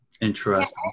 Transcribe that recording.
Interesting